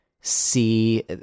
see